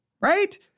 right